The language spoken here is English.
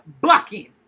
Bucking